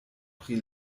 pri